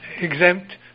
exempt